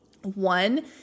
One